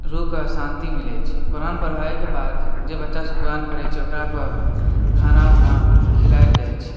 रूह के शान्ति मिलै छै कुरान पढ़वाए के बाद जे बच्चा सब कुरान पढ़ै छै ओकरा पर खाना उना खिलायल जाइ छै